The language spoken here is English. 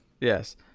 yes